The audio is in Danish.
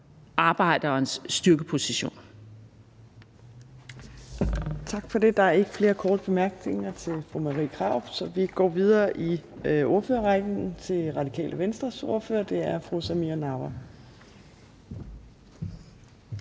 (Trine Torp): Tak for det. Der er ikke flere korte bemærkninger til fru Marie Krarup, så vi går videre i ordførerrækken til Radikale Venstres ordfører, og det er fru Samira Nawa.